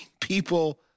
people